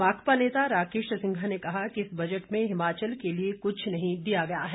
माकपा नेता राकेश सिंघा ने कहा कि इस बजट में हिमाचल के लिए क्छ नहीं दिया गया है